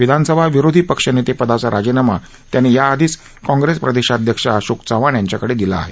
विधानसभा विरोधी पक्षनेतेपदाचा राजीनामा त्यांनी याआधीच काँग्रेसप्रदेशाध्यक्ष अशोक चव्हाण यांच्याकडे दिला आहे